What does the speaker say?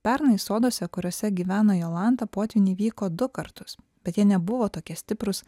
pernai soduose kuriose gyvena jolanta potvyniai vyko du kartus bet jie nebuvo tokie stiprūs